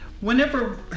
whenever